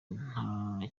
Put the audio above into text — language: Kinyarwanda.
nta